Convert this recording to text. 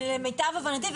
למיטב הבנתי,